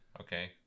okay